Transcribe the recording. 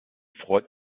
freut